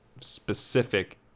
specific